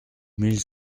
mille